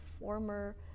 former